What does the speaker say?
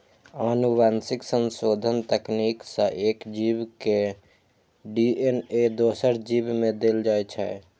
आनुवंशिक संशोधन तकनीक सं एक जीव के डी.एन.ए दोसर जीव मे देल जाइ छै